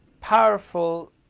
powerful